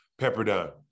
Pepperdine